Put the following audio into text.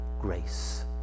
grace